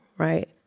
Right